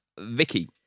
Vicky